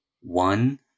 one